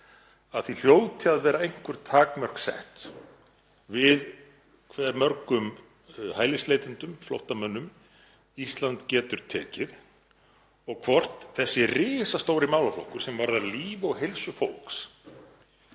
að því hljóti að vera einhver takmörk sett við hve mörgum hælisleitendum og flóttamönnum Ísland getur tekið og hvort þessi risastóri málaflokkur, sem varðar líf og heilsu fólks,